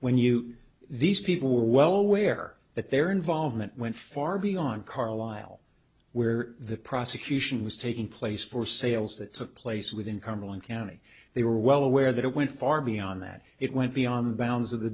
when you these people were well aware that their involvement went far beyond carlisle where the prosecution was taking place for sales that took place within cumberland county they were well aware that it went far beyond that it went beyond the bounds of the